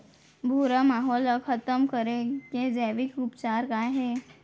भूरा माहो ला खतम करे के जैविक उपचार का हे?